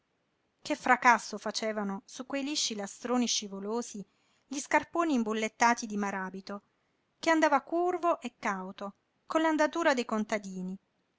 che fracasso facevano su quei lisci lastroni scivolosi gli scarponi imbullettati di maràbito che andava curvo e cauto con l'andatura dei contadini